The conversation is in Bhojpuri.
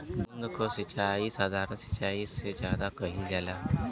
बूंद क सिचाई साधारण सिचाई से ज्यादा कईल जाला